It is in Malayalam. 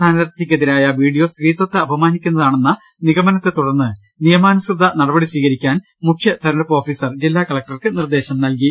സ്ഥാനാർഥിക്കെതിരായ വീഡിയോ സ്ത്രീത്വത്തെ അപമാനിക്കുന്നതാണെന്ന നിഗമനത്തെത്തുടർന്ന് നിയമാ നുസൃത നടപടി സ്വീകരിക്കാൻ മുഖ്യ തിരഞ്ഞെടുപ്പ് ഓഫീസർ ജില്ലാ കളക്ടർക്ക് നിർദ്ദേശം നൽകി